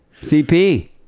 CP